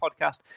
podcast